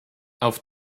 auf